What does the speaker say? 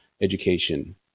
education